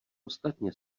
ostatně